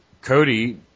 Cody